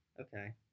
okay